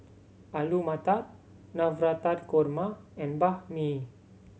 Alu Matar Navratan Korma and Banh Mi